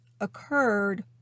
occurred